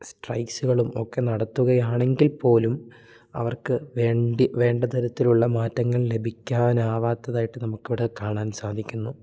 സ്ട്രൈക്സുകളും ഒക്കെ നടത്തുക ആണെങ്കിൽ പോലും അവർക്ക് വേണ്ടി വേണ്ട തരത്തിലുള്ള മാറ്റങ്ങൾ ലഭിക്കാനാവാത്തത് ആയിട്ട് നമുക്ക് ഇവിടെ കാണാൻ സാധിക്കുന്നു